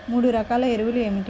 మూడు రకాల ఎరువులు ఏమిటి?